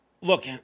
Look